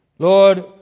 Lord